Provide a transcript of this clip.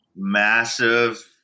massive